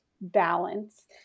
balance